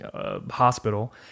hospital